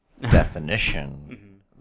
definition